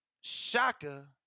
Shaka